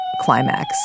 climax